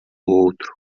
outro